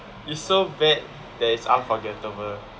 it's so bad that it's unforgettable